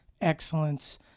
excellence